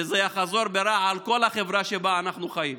וזה יחזור ברע על כל החברה שבה אנחנו חיים.